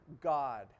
God